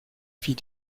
vis